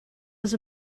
was